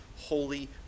holy